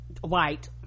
White